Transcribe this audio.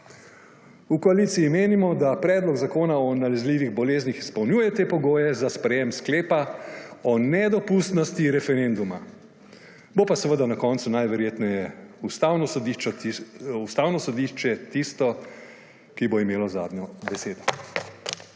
V koaliciji menimo, da ta zakon o nalezljivih boleznih izpolnjuje te pogoje za sprejetje sklepa o nedopustnosti referenduma. Bo pa seveda na koncu najverjetneje Ustavno sodišče tisto, ki bo imelo zadnjo besedo.